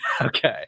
Okay